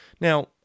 Now